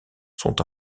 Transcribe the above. sont